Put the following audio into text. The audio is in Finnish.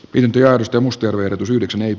pidentyä risto musto verotus yhdeksännet